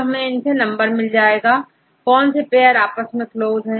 हम इनसे नंबर प्राप्त हो जाएगा कि कौन से पेअर आपस में क्लोज है